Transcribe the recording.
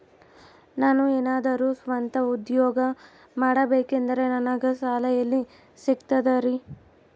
ನಾನು ಏನಾದರೂ ಸ್ವಂತ ಉದ್ಯೋಗ ಮಾಡಬೇಕಂದರೆ ನನಗ ಸಾಲ ಎಲ್ಲಿ ಸಿಗ್ತದರಿ?